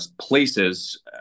places